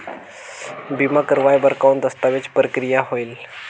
बीमा करवाय बार कौन दस्तावेज प्रक्रिया होएल?